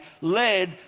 led